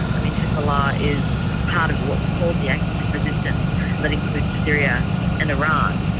i mean, hezbollah is part of what's called the axis of resistance that includes syria and iran.